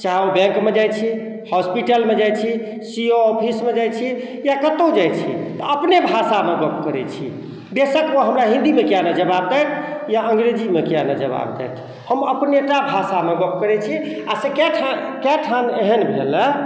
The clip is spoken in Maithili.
चाहे ओ बैंकमे जाइ छिए हॉस्पिटलमे जाइ छी सी ओ ऑफिसमे जाइ छी या कतहु जाइ छी तऽ अपने भाषामे गप करै छी बेशक ओ हमरा हिन्दीमे किएक नहि जवाब दैथ या अङ्गरेजीमे किएक नहि जवाब दैथ हम अपनेटा भाषामे गप करै छी आओर से कएक ठाम एहन भेल हँ